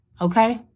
okay